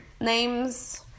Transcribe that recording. Names